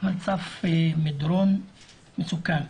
על סף מדרון מסוכן.